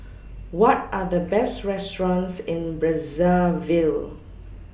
What Are The Best restaurants in Brazzaville